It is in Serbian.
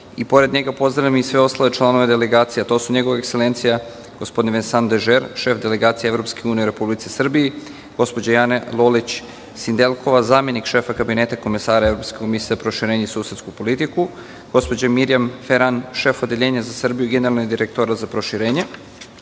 a pored njega, pozdravljam i ostale članove delegacije, a to su: Njegova ekselencija, gospodin Vensan Dežer, šef Delegacije Evropske unije u Republici Srbiji, gospođa Jana Lolić – Sindelkova, zamenik šefa Kabineta komesara Evropske komisije za proširenje i susedsku politiku, gospođa Mirijam Feran, šef Odeljenja za Srbiju, generalni direktor za proširenje,